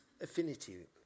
affinity